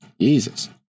Jesus